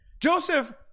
Joseph